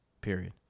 period